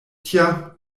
tja